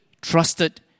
trusted